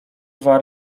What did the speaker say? dwa